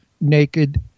naked